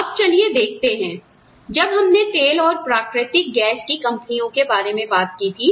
अब चलिए देखते हैं जब हमने तेल और प्राकृतिक गैस की कंपनियों के बारे में बात की थी